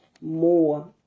more